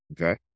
okay